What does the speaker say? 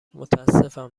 متاسفم